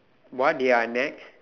what they are at NEX